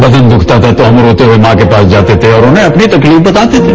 बदन दुखता था तो हम रोते हुए मां के पास जाते थे और उन्हें हम अपनी तकतीफ बताते थे